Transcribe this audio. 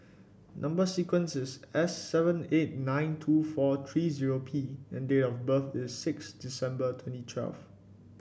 number sequence is S seven eight nine two four three zero P and date of birth is six December twenty twelve